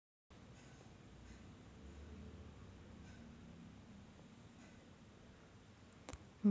बाजरी vitamin B, calcium, लोह, zinc आणि पोटॅशियम सारख्या आवश्यक खनिजांनी भरलेली असते